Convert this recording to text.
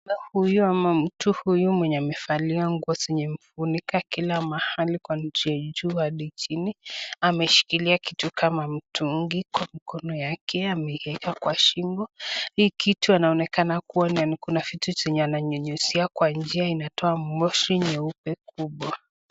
Huyu ama mtu huyu mwenye amavalia nguo zenye zimemfunika kila mahali kwanzia juu hadi chini ameshikilia kitu kama mtungi kwa mkono yake ameieka kwa shingo hii kitu anaonekana kuwa ana kuna vitu ananyunyuzia kwa njia inatoa moshi nyeupe kubwa.